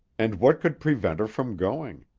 and what could prevent her from going?